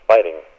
Fighting